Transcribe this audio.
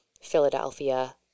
Philadelphia